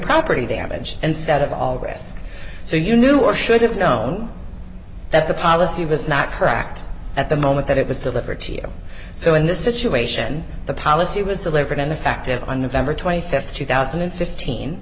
property damage and set of all rests so you knew or should have known that the policy was not correct at the moment that it was delivered to you so in this situation the policy was delivered an effective on november th two thousand and fifteen